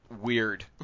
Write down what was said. weird